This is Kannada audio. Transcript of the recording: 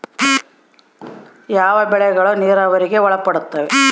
ಯಾವ ಬೆಳೆಗಳು ನೇರಾವರಿಗೆ ಒಳಪಡುತ್ತವೆ?